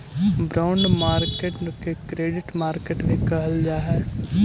bond market के credit market भी कहल जा हइ